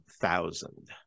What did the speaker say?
thousand